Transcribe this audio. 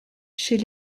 chez